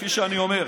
כפי שאני אומר,